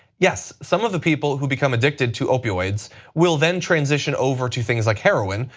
yes, some of the people who become addicted to opioids will then transition over to things like heroin,